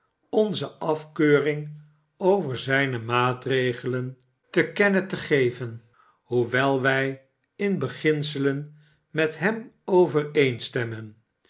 onze afkeuring over zijne maatregelen te kennen te geven hoewel wij in beginselen met hem overeenstemmen